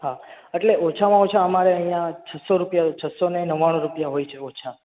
હા એટલે ઓછામાં ઓછા અમારે અહીં છસો રૂપિયા છસોને નવાણુ રૂપિયા હોય છે ઓછા